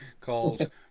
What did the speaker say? called